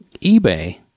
eBay